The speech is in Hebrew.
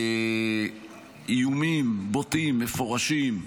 איומים בוטים, מפורשים,